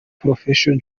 professor